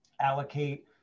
allocate